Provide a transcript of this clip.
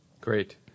Great